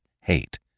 hate